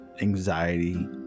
anxiety